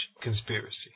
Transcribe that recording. conspiracy